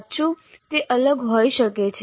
સાચું તે અલગ હોઈ શકે છે